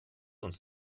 uns